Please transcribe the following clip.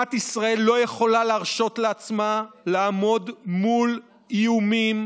מדינת ישראל לא יכולה להרשות לעצמה לעמוד מול איומים